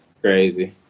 Crazy